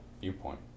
viewpoint